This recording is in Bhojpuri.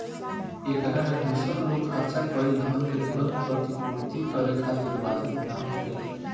एकरा में दूसर लोग खर्चा कईल धन के तुरंत प्रतिपूर्ति करे खातिर बाधित ना होखेला